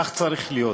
כך צריך להיות.